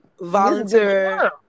Volunteer